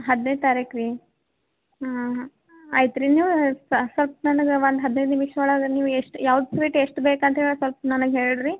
ಹದಿನೈದು ತಾರೀಖು ರೀ ಆಯ್ತು ರೀ ನೀವು ಸ್ವಲ್ಪ ನನಗೆ ಒಂದು ಹದಿನೈದು ನಿಮಿಷ ಒಳಗೆ ನೀವು ಎಷ್ಟು ಯಾವ ಸ್ವೀಟ್ ಎಷ್ಟು ಬೇಕೂಂತ ಹೇಳಿ ಸ್ವಲ್ಪ ನನಗೆ ಹೇಳಿ ರೀ